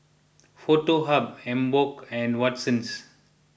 Foto Hub Emborg and Watsons